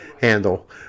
handle